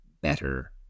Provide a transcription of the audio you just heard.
better